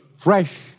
Fresh